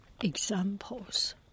examples